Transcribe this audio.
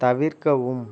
தவிர்க்கவும்